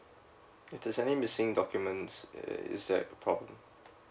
if there's any missing documents uh is that a problem